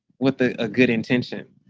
with ah a good intention.